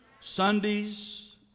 Sundays